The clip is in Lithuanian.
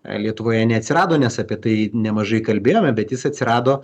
lietuvoje neatsirado nes apie tai nemažai kalbėjome bet jis atsirado